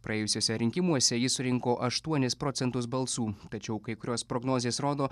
praėjusiuose rinkimuose ji surinko aštuonis procentus balsų tačiau kai kurios prognozės rodo